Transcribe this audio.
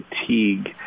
fatigue